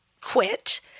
quit